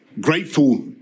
grateful